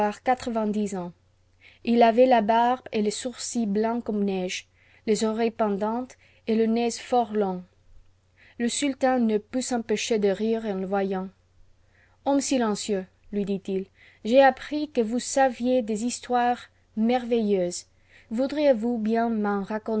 quatre-vingt-dix ans il avait la barbe et les sourcils blancs comme neige les oreilles pendantes et te nez fort on le sultan ne put s'empêcher df rire en le voyant homme shencieux lui dit i j'ai appris que vous savivz des histoires merveilleuses voudriez-vous bien m'en